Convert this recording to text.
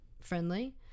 friendly